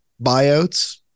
buyouts